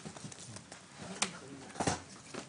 בבקשה.